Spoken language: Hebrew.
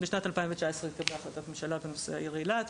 בשנת 2019 התקבלה החלטת ממשלה בנושא העיר אילת.